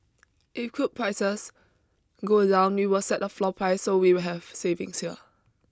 if crude prices go down we will set a floor price so we will have savings here